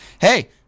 hey